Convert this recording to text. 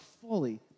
fully